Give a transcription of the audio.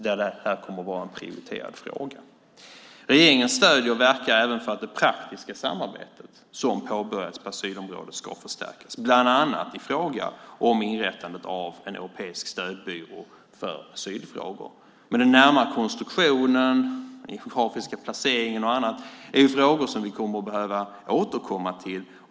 Där kommer det här att vara en prioriterad fråga. Regeringen stöder och verkar även för att det praktiska samarbete som har påbörjats på asylområdet ska förstärkas, bland annat i fråga om inrättandet av en europeisk stödbyrå för asylfrågor. Men den närmare konstruktionen, den geografiska placeringen och annat är frågor som vi kommer att behöva återkomma till.